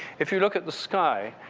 if you look at the sky,